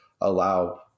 allow